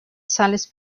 sales